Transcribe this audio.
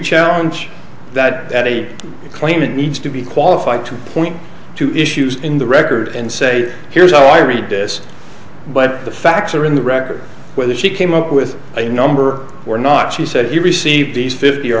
challenge that a claimant needs to be qualified to point to issues in the record and say here's how i read this but the facts are in the record whether she came up with a number or not she said you received these fifty or